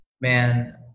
Man